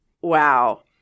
wow